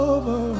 over